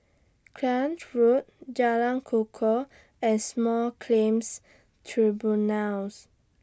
Clacton Road Jalan Kukoh and Small Claims Tribunals